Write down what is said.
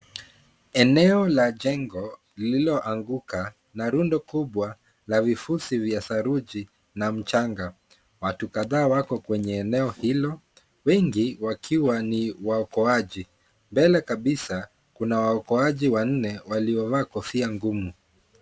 Eneo la jengo lililoanguka na rundo kubwa la vifusi vya saruji na mchanga. Watu kadhaa wako kwenye eneo hilo wengi wakiwa ni waokoaji, mbele kabisa kuna waokoaji wanne waliovaa kofia ngumu.